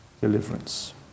deliverance